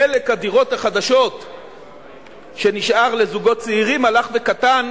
חלק הדירות החדשות שנשאר לזוגות צעירים הלך וקטן,